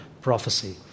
prophecy